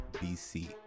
B-C